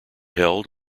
held